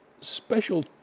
special